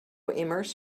immerse